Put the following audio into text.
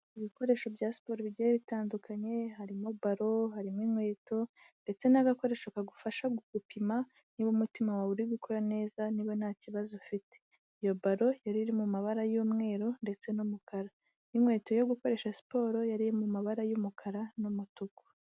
Mu bikoresho bya siporo bigiye bitandukanye. Harimo baro, harimo inkweto ndetse n'agakoresho kagufasha mu gupima niba umutima wawe uri gukora neza niba nta kibazo ufite. Iyo baro yari iri mu mabara y'umweru ndetse n'umukara. N'inkweto yo gukoresha siporo yari iri mu mabara y'umukara n'umutuku.